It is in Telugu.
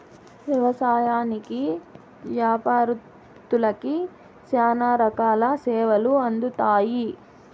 వ్యవసాయంకి యాపారత్తులకి శ్యానా రకాల సేవలు అందుతాయి